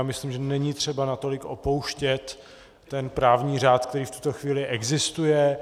Já myslím, že není třeba natolik opouštět ten právní řád, který v tuto chvíli existuje.